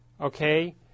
okay